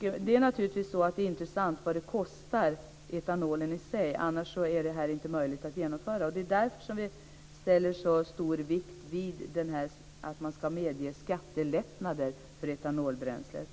Det är naturligtvis intressant vad etanolen i sig kostar. Annars är det här inte möjligt att genomföra. Det är därför vi lägger så stor vikt vid att man ska medge skattelättnader för etanolbränsle.